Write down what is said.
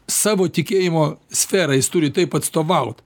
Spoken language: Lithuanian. savo tikėjimo sferą jis turi taip atstovaut